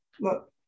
Look